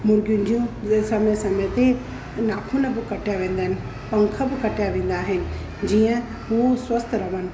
मुर्गियुनि जूं इहे समय समय ते नाखून बि कटिया वेंदा आहिनि पंख बि कटिया वेंदा आहिनि जीअं उहे स्वस्थ रहनि